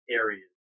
areas